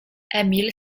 emil